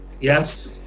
Yes